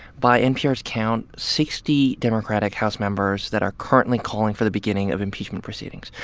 by npr's count, sixty democratic house members that are currently calling for the beginning of impeachment proceedings.